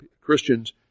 Christians